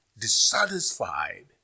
dissatisfied